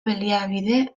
baliabide